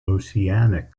oceanic